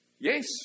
Yes